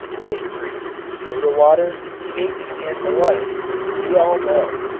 ice cream, soda water, cakes and the like we all know.